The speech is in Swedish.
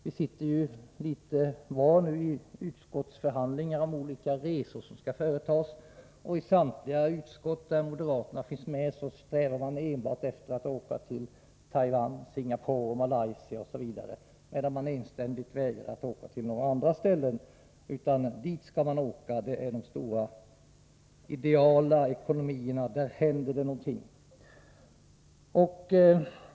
Vi sitter litet var i utskottsförhandlingar om olika resor som skall företas, och i samtliga utskott där moderater finns med strävar man enbart efter att åka till Taiwan, Singapore, Malaysia osv., och man vägrar enständigt att åka till några andra ställen. Nej, till dessa länder skall man åka. Här finns de stora, idealiska ekonomierna, där det händer någonting.